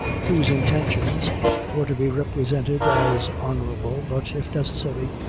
whose intentions were to be represented as honorable, but, if necessary,